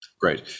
great